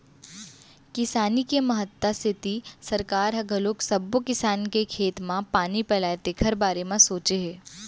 किसानी के महत्ता सेती सरकार ह घलोक सब्बो किसान के खेत म पानी पलय तेखर बारे म सोचे हे